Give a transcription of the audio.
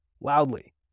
Loudly